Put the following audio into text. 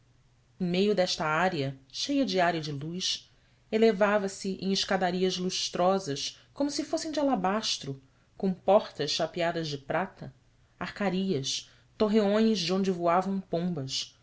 em meio desta área cheia de ar e de luz elevava-se em escadarias lustrosas como se fossem de alabastro com portas chapeadas de prata arcarias torreões de onde voavam pombas